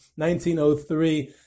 1903